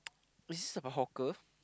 is this at a hawker